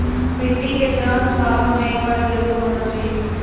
मिट्टी के जाँच सालों मे एक बार जरूर होना चाहियो?